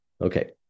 okay